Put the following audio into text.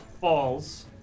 falls